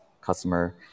customer